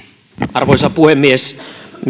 arvoisa puhemies